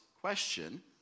question